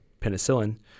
penicillin